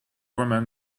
women